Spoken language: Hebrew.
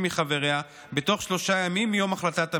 מחבריה בתוך שלושה ימים מיום החלטת הממשלה,